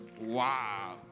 Wow